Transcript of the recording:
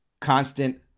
constant